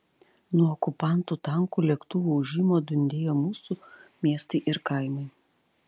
nuo okupantų tankų lėktuvų ūžimo dundėjo mūsų miestai ir kaimai